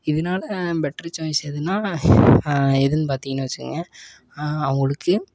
இதனால better choice எதுன்னா எதுன்னு பார்த்திங்கன்னு வச்சிக்கங்க அவங்களுக்கு